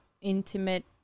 intimate